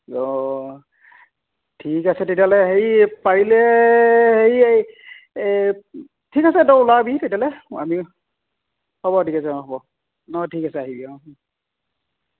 অঁ ঠিক আছে তেতিয়াহ'লে হেৰি পাৰিলে হেৰি এই এই ঠিক আছে তই ওলাবি তেতিয়াহ'লে আমি হ'ব ঠিক আছে অঁ হ'ব অঁ ঠিক আছে আহিবি অঁ